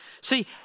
See